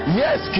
yes